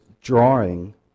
drawing